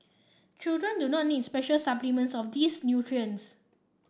children do not need special supplements of these nutrients